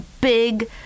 big